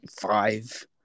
five